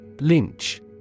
Lynch